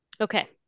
Okay